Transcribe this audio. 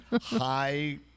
high